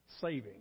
saving